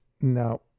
Now